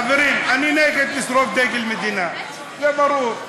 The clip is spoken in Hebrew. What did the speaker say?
חברים, אני נגד לשרוף דגל מדינה, זה ברור.